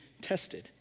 tested